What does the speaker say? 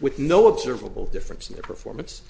with no observable difference in their performance